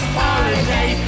holiday